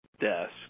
desk